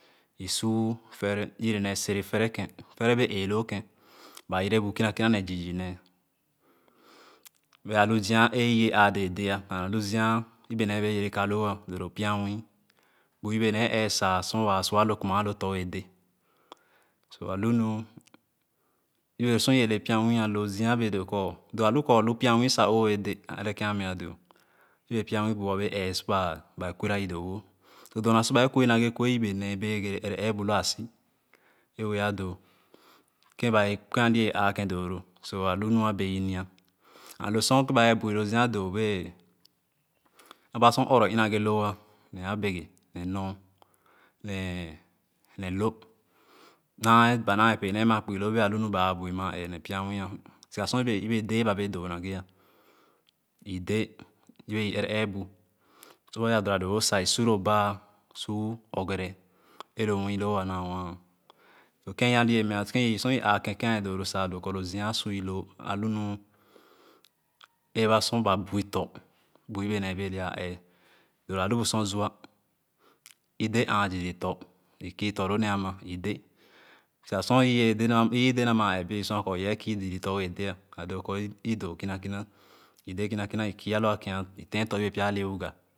I suu fere yebe nee sere fere ghe fere bee ee loo keh ba yere bu kina kina nee zii zii nee bee alu zia i wee aa dee and alu zia yebe nee wee yere ka loo ale pya nwii bu yebe nee ee èèh sa o su a lo kuma otɔ̃ wee dèè so alu nu yebe lo sor i bee le pya nwii lo zia bee doo kor lo a lu kur olu pya muwii sa o bee dee sa ere kim meah doo yebe pya nwii bũ-wa bee eëh sor ba kuerai doo-wo lo dorna sor ba kue na ghe kue yebe nee bee.